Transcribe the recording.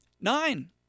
Nine